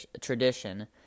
tradition